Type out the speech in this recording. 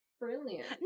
brilliant